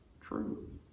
true